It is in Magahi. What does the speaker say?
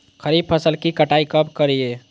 खरीफ फसल की कटाई कब करिये?